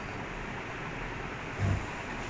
okay